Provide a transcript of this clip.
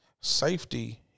safety